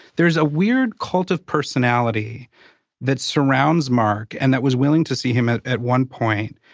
there's a weird cultive personality that surrounds mark and that was willing to see him, at at one point,